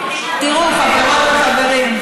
תראו, חברות וחברים,